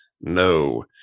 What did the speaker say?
No